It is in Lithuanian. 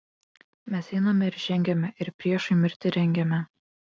mes einame ir žengiame ir priešui mirtį rengiame